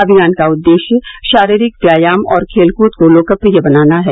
अभियान का उद्देश्य शारीरिक व्यायान और खेल कूद को लोकप्रिय बनाना है